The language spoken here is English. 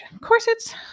corsets